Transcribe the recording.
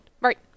Right